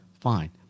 fine